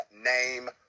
name